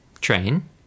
Train